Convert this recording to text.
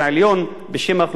בשם המגזר הערבי,